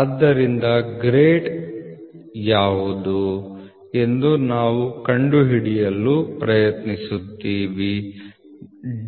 ಆದ್ದರಿಂದ ಗ್ರೇಡ್ ಯಾವುದು ಎಂದು ಕಂಡುಹಿಡಿಯಲು ನೀವು ಪ್ರಯತ್ನಿಸುತ್ತೀರಿ